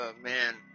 man